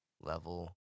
level